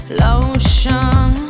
Lotion